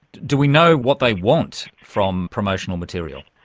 do we know what they want from promotional material?